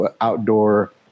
outdoor